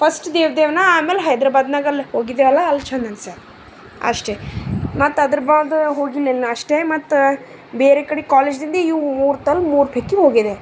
first ದಿವ್ ದೇವನ ಆಮ್ಯಾಲ ಹೈದ್ರಬಾದ್ನಾಗ ಅಲ್ಲಿ ಹೋಗಿದ್ದೇವಲ ಅಲ್ಲಿ ಛಂದ ಅನ್ಸ್ಯಾದ ಅಷ್ಟೇ ಮತ್ತು ಅದರ ಬಾದ ಹೋಗಿಲ್ಲ ಇನ್ನು ಅಷ್ಟೇ ಮತ್ತು ಬೇರೆ ಕಡೆ ಕಾಲೇಜ್ದಿಂದ ಇವು ಮೂರು ತಾಲ್ ಮೂರು ಪಿಕ್ಕಿಗ್ ಹೋಗಿದ್ದೇವ್